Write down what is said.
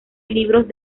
libros